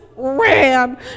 ran